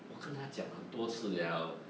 我跟他讲很多次 liao